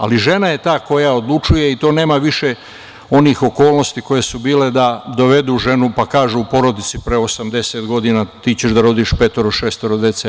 Ali, žena je ta koja odlučuje i to nema više onih okolnosti koje su bile da dovedu ženu, pa kažu porodici pre 80 godina – ti ćeš da rodiš petoro, šestoro dece.